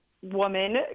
woman